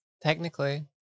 Technically